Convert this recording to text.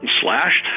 slashed